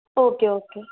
okay okay